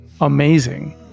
amazing